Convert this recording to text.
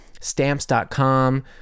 stamps.com